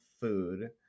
food